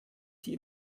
die